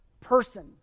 person